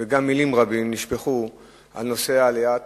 וגם מלים רבות נשפכו על נושא העלאת